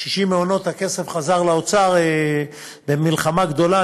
60 מעונות, הכסף חזר לאוצר, במלחמה גדולה.